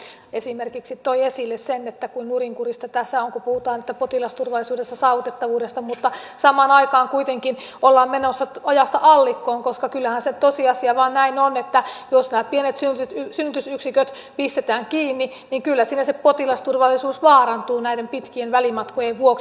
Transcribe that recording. tuossa edustaja halmeenpää esimerkiksi toi esille sen kuinka nurinkurista tässä on kun puhutaan potilasturvallisuudessa saavuttavuudesta mutta samaan aikaan kuitenkin ollaan menossa ojasta allikkoon koska kyllähän se tosiasia vain näin on että jos nämä pienet synnytysyksiköt pistetään kiinni niin kyllä siinä se potilasturvallisuus vaarantuu näiden pitkien välimatkojen vuoksi